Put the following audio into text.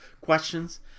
questions